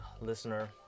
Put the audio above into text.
listener